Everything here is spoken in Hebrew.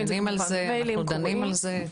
אנחנו דנים על זה.